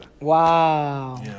Wow